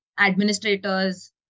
administrators